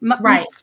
right